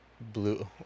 blue